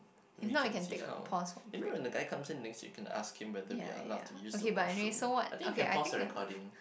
we can see how maybe when the guy comes in next week can ask him whether we are allowed to use the washroom I think can pause the recording